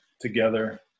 together